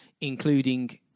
including